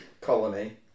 colony